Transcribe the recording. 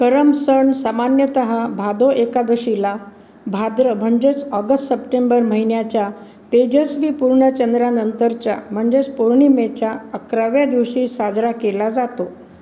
करम सण सामान्यतः भादो एकादशीला भाद्र म्हणजेच ऑगस्ट सप्टेंबर महिन्याच्या तेजस्वी पूर्ण चंद्रानंतरच्या म्हणजेच पौर्णिमेच्या अकराव्या दिवशी साजरा केला जातो